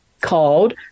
called